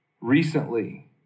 recently